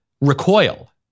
recoil